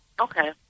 Okay